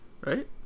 Right